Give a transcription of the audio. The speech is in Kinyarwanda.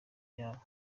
yabo